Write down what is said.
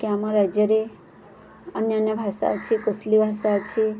କି ଆମ ରାଜ୍ୟରେ ଅନ୍ୟାନ୍ୟ ଭାଷା ଅଛି କୁଶ୍ଲୀ ଭାଷା ଅଛି